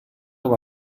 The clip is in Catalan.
com